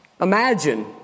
Imagine